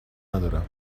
ندارم